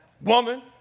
woman